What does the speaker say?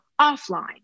offline